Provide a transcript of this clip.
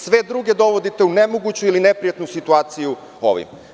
Sve druge dovodite u nemoguću ili neprijatnu situaciju ovim.